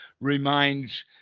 reminds